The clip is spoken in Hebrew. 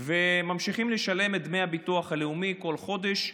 וממשיכים לשלם את דמי הביטוח הלאומי בכל חודש,